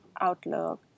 outlook